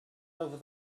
over